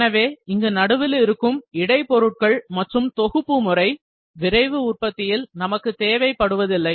எனவே இங்கு நடுவில் இருக்கும் இடைப் பொருட்கள் மற்றும் தொகுப்பு முறை விரைவு உற்பத்தியில் நமக்கு தேவைப்படுவதில்லை